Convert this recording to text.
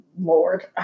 Lord